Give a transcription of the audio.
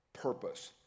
purpose